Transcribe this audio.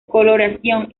coloración